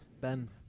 Ben